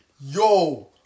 Yo